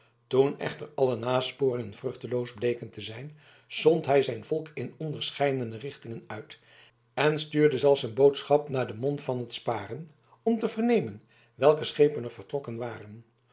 toen echter alle nasporingen vruchteloos bleken te zijn zond hij zijn volk in onderscheidene richtingen uit en stuurde zelfs een boodschap naar den mond van t snaren om te vernemen welke schepen er vertrokken waren